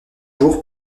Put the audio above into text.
jour